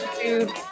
dude